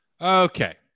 Okay